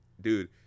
dude